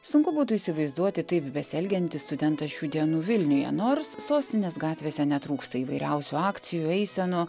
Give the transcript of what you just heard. sunku būtų įsivaizduoti taip besielgiantį studentą šių dienų vilniuje nors sostinės gatvėse netrūksta įvairiausių akcijų eisenų